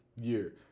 year